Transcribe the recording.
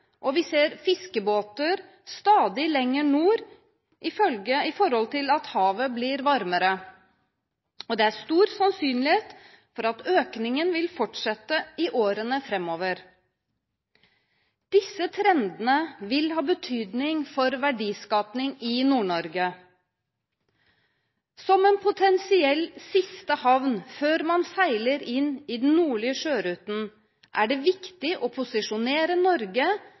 og vi ser fiskebåter stadig lenger nord som følge av at havet blir varmere. Det er stor sannsynlighet for at økningen vil fortsette i årene framover. Disse trendene vil ha betydning for verdiskapning i Nord-Norge. Som en potensiell siste havn før man seiler inn i den nordlige sjøruten, er det viktig å posisjonere Norge